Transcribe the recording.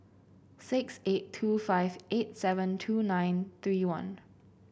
six eight two five eight seven two nine three one